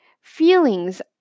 feelings